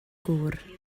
gŵr